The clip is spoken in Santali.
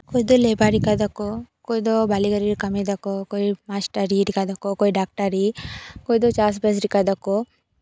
ᱚᱠᱚᱭ ᱫᱚ ᱞᱮᱵᱟᱨ ᱞᱮᱠᱟ ᱫᱟᱠᱚ ᱚᱠᱚᱭ ᱫᱚ ᱵᱟᱹᱞᱤ ᱜᱟᱹᱲᱭᱟᱹᱨᱮ ᱠᱟᱹᱢᱤ ᱫᱟᱠᱚ ᱚᱠᱚᱭ ᱢᱟᱥᱴᱟᱨᱤ ᱞᱮᱠᱟ ᱫᱟᱠᱚ ᱚᱠᱚᱭ ᱰᱟᱠᱴᱟᱨᱤ ᱚᱠᱚᱭ ᱫᱚ ᱪᱟᱥ ᱵᱟᱥ ᱨᱮᱠᱟ ᱫᱟᱠᱚ